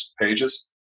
pages